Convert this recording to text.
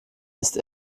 ist